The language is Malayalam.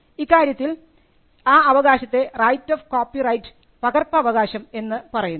ഇക്കാര്യത്തിൽ ആ അവകാശത്തെ റൈറ്റ് ഓഫ് കോപ്പി റൈറ്റ് പകർപ്പവകാശം എന്ന് പറയുന്നു